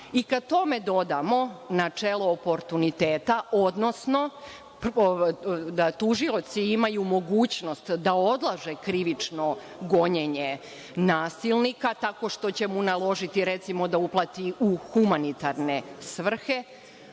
i kada tome dodamo načelo oportuniteta, odnosno da tužioci imaju mogućnost da odlože krivično gonjenje nasilnika tako što će mu naložiti, recimo, da uplati u humanitarne svrhe,